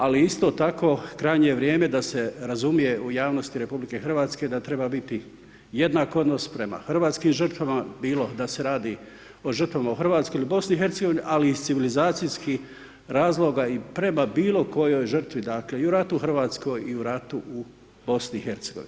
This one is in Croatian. Ali isto tako, krajnje je vrijeme da se razumije u javnosti RH da treba biti jednak odnos prema hrvatskim žrtvama, bilo da se radi o žrtvama u RH ili BiH, ali iz civilizacijskih razloga i prema bilo kojoj žrtvi, dakle, i u ratu u RH i u ratu u BiH.